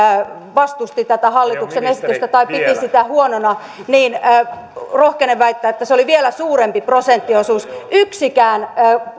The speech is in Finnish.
vastusti tätä hallituksen esitystä tai piti sitä huonona että rohkenen väittää että se oli vielä suurempi prosenttiosuus yksikään